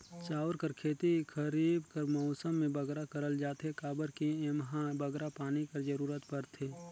चाँउर कर खेती खरीब कर मउसम में बगरा करल जाथे काबर कि एम्हां बगरा पानी कर जरूरत परथे